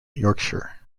yorkshire